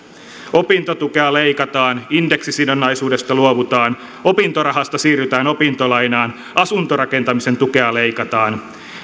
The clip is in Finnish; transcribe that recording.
opintotukea leikataan indeksisidonnaisuudesta luovutaan opintorahasta siirrytään opintolainaan asuntorakentamisen tukea leikataan